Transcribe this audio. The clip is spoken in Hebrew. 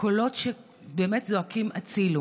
קולות שבאמת זועקים הצילו,